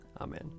Amen